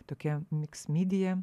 tokia miks midija